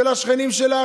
של השכנים שלנו.